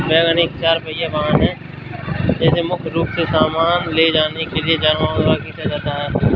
wagon एक चार पहिया वाहन है जिसे मुख्य रूप से सामान ले जाने के लिए जानवरों द्वारा खींचा जाता है